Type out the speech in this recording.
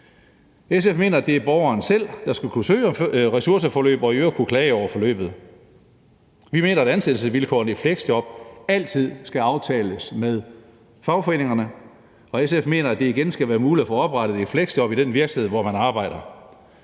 SF mener, at det er borgeren selv, der skal kunne søge om ressourceforløb – og i øvrigt kunne klage over forløbet. Vi mener, at ansættelsesvilkårene for fleksjob altid skal aftales med fagforeningerne, og SF mener, at det igen skal være muligt at få oprettet et fleksjob i den virksomhed, hvor man arbejder.